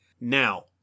Now